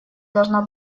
должна